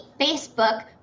Facebook